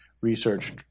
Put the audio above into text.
research